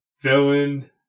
Villain